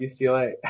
UCLA